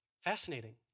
Fascinating